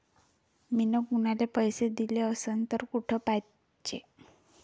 मिन कुनाले पैसे दिले असन तर कुठ पाहाचं?